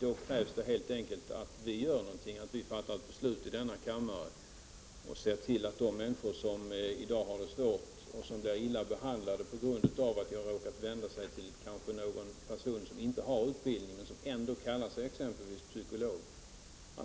Det krävs helt enkelt att vi gör något, att vi fattar ett beslut i denna kammare och att vi ser till att de människor som i dag har det svårt och blir illa behandlade på grund av att de kanske råkat vända sig till en person som inte har utbildning men ändå kallar sig exempelvis psykolog